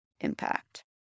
impact